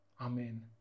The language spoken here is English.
Amen